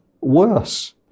worse